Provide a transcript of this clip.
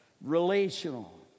relational